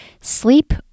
sleep